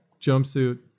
jumpsuit